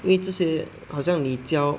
因为这些好像你教